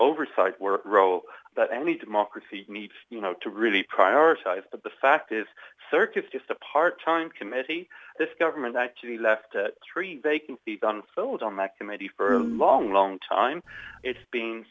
oversight work role that any democracy needs you know to really prioritize the fact is circus just a part time committee this government actually left three vacancies on food on that committee for a long long time it's being